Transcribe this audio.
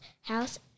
house